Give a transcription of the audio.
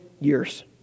years